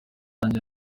nanjye